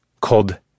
called